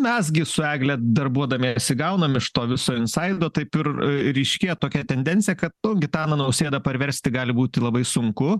mes gi su egle darbuodamiesi gaunam iš to viso insaido taip ir ryškėja tokia tendencija kad nu gitaną nausėdą parversti gali būti labai sunku